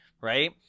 Right